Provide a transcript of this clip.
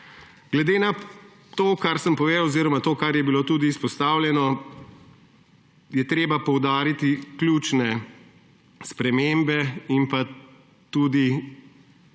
Glede na to, kar sem povedal oziroma kar je bilo tudi izpostavljeno, je treba poudariti ključne spremembe in pa tudi vsebino,